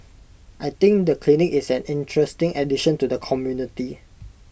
I think the clinic is an interesting addition to the community